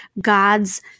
God's